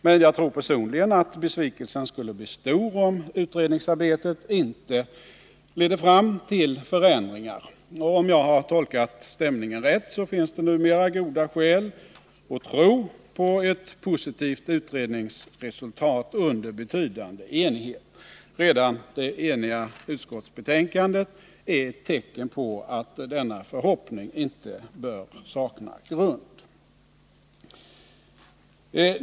Men jag tror personligen att besvikelsen skulle bli stor om utredningsarbetet inte leder fram till förändringar. Och om jag har tolkat stämningen rätt så finns det numera goda skäl att tro på ett positivt utredningsresultat under betydande enighet. Redan det eniga utskottsbetänkandet är ett tecken på att denna förhoppning inte bör sakna grund.